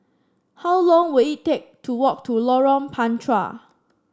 how long will it take to walk to Lorong Panchar